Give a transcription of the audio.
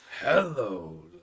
Hello